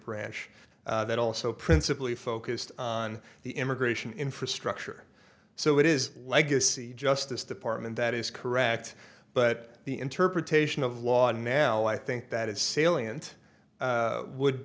branch that also principally focused on the immigration infrastructure so it is legacy justice department that is correct but the interpretation of law and now i think that is salient would